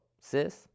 Sis